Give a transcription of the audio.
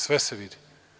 Sve se vidi.